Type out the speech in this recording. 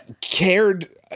cared